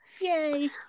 Yay